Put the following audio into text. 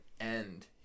end